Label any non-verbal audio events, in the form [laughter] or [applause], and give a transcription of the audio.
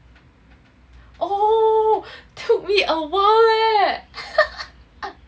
oh took me a while leh [laughs]